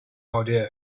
idea